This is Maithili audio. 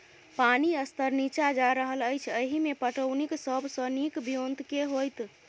पानि स्तर नीचा जा रहल अछि, एहिमे पटौनीक सब सऽ नीक ब्योंत केँ होइत?